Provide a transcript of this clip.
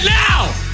now